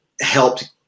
helped